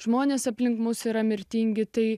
žmonės aplink mus yra mirtingi tai